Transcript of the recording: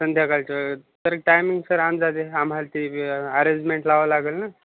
संध्याकाळच तर timing sir अंदाजे आम्हाला ते अरेंजमेंट लावावं लागंल ना